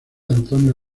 antonio